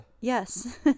yes